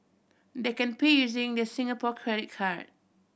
they can pay using their Singapore credit card